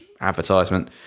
advertisement